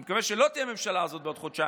אני מקווה שהממשלה הזאת לא תהיה בעוד חודשיים.